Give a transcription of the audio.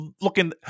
looking